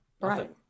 Right